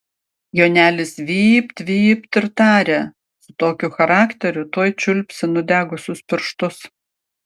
jonelis vypt vypt ir tarė su tokiu charakteriu tuoj čiulpsi nudegusius pirštus